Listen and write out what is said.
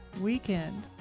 weekend